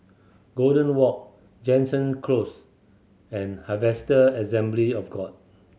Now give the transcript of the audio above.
Golden Walk Jansen Close and Harvester Assembly of God